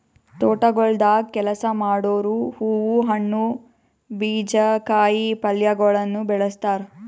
ತೋಟಗೊಳ್ದಾಗ್ ಕೆಲಸ ಮಾಡೋರು ಹೂವು, ಹಣ್ಣು, ಬೀಜ, ಕಾಯಿ ಪಲ್ಯಗೊಳನು ಬೆಳಸ್ತಾರ್